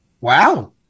Wow